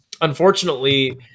unfortunately